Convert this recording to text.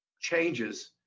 changes